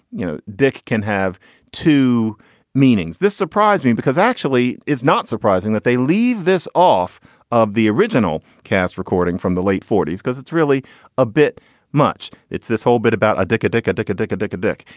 you know dick can have two meanings. this surprised me because actually it's not surprising that they leave this off of the original cast recording from the late forties because it's really a bit much. it's this whole bit about a dick, a dick, a dick, a dick, a dick, a dick.